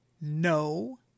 no